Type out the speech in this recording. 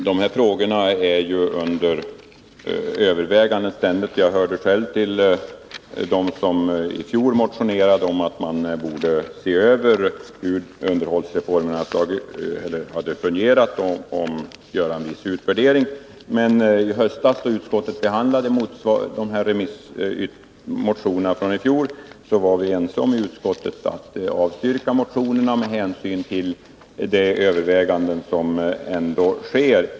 Herr talman! De här frågorna är ständigt under övervägande. Jag hörde själv till dem som i fjol motionerade om att man borde se över hur underhållsreformen hade fungerat och göra en viss utvärdering. Men i höstas, då utskottet behandlade dessa motioner från i fjol, var vi ense om i utskottet att avstyrka motionerna med hänsyn till de överväganden som ändå sker.